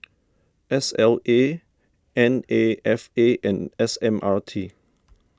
S L A N A F A and S M R T